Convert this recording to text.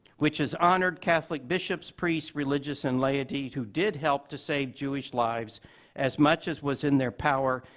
which has honored catholic bishops, priests, religious and laity, who did help to save jewish lives as much as was in their power,